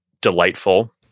delightful